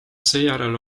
seejärel